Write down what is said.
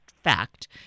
fact